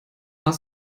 are